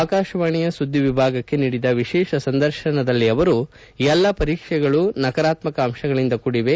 ಆಕಾಶವಾಣಿ ಸುದ್ದಿ ವಿಭಾಗಕ್ಕೆ ನೀಡಿದ ವಿಶೇಷ ಸಂದರ್ಶನದಲ್ಲಿ ಅವರು ಎಲ್ಲಾ ಪರೀಕ್ಷೆಗಳು ನಕಾರಾತ್ಮಕ ಅಂಶಗಳಿಂದ ಕೂಡಿವೆ